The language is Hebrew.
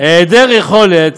היעדר יכולת